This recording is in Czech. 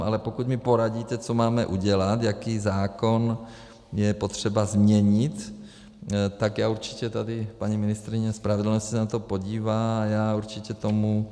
Ale pokud mi poradíte, co máme udělat, jaký zákon je potřeba změnit, tak paní ministryně spravedlnosti se na to podívá a já určitě k tomu...